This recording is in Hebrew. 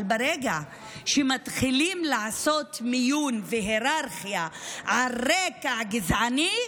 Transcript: אבל ברגע שמתחילים לעשות מיון והיררכיה על רקע גזעני,